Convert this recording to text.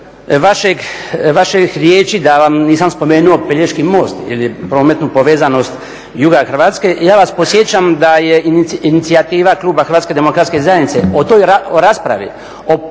vaših riječi da vam nisam spomenuo Pelješki most ili prometnu povezanost juga Hrvatske ja vas podsjećam da je inicijativa kluba HDZ-a o raspravi o